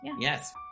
Yes